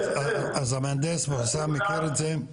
אז המהנדס מחסן מכיר את זה.